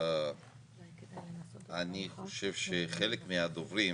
אני חושב שחלק מהדוברים,